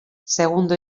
segundo